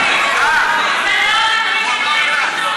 התורה מתביישת באחד כמוך.